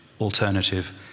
alternative